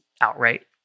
outright